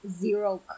zero